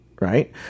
right